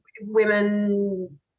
women